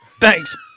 Thanks